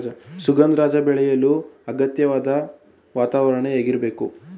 ಸುಗಂಧರಾಜ ಬೆಳೆಯಲು ಅಗತ್ಯವಾದ ವಾತಾವರಣ ಹೇಗಿರಬೇಕು?